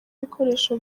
ibikoresho